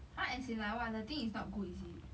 !huh! as in like what the thing is not good is it